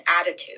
attitude